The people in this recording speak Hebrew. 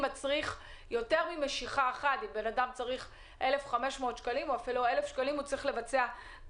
מצריך יותר ממשיכה אחת ואפילו כמה משיכות.